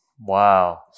Wow